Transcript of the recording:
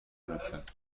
میکرد